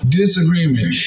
disagreement